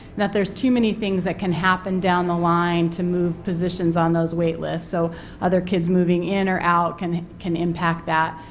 that there is too many things that can happen down the line to move positions on those waitlist. so other kids moving in or out can can impact facts.